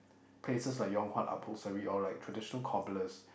places like Yong-Huat-Upholstery or like traditional cobblers